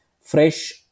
fresh